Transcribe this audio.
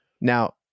Now